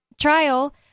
trial